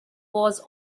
was